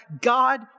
God